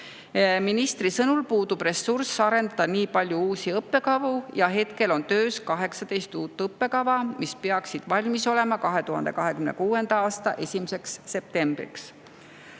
Ministri sõnul puudub ressurss arendada nii palju uusi õppekavu ja hetkel on töös 18 uut õppekava, mis peaksid valmis olema 2026. aasta 1. septembriks.